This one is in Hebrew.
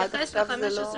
(ד) מתייחס ל-15 ו-16.